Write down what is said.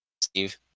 Steve